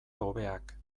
hobeak